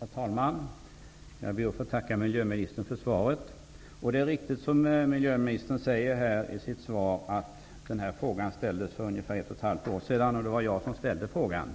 Herr talman! Jag ber också att få tacka miljöministern för svaret. Det är riktigt som miljöministern säger i sitt svar att denna fråga ställdes för ungefär ett och halvt år sedan. Det var jag som ställde frågan.